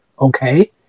okay